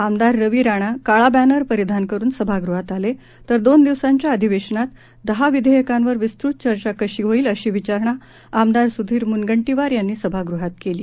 आमदार रवी राणा काळा बॅनर परिधान करुन सभागृहात आले तर दोन दिवसांच्या अधिवेशनात दहा विधेयकांवर विस्तृत चर्चा कशी होईल अशी विचारणा आमदार सुधीर मुनगंटीवार यांनी सभागृहात केली